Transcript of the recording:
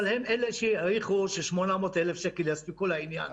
אבל הם אלה שהעריכו ש-800,000 שקל יספיקו לעניין הזה.